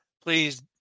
please